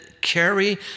carry